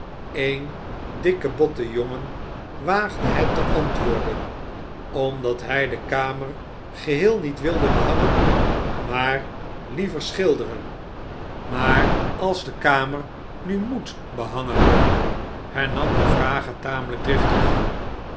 een dikke botte jongen waagde het te antwoorden omdat hij de kamer geheel niet wilde behangen maar liever schilderen maar als de kamer nu moet behangen worden hernam de vrager tamelijk driftig